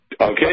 Okay